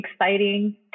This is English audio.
exciting